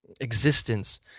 existence